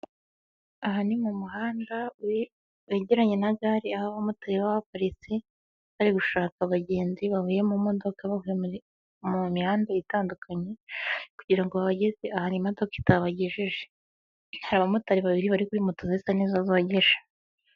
Aha ni mu muhanda wegeranye na gare, aho abamotari baba baparitse bari gushaka abagenzi bavuye mu modoka bavuye mu mihanda itandukanye kugira ngo bageze ahantu imodoka itabagejeje. Aba bamotari babiri bari kuri moto zisa nizogeje.